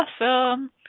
Awesome